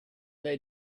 they